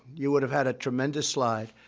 you would have had a tremendous slide.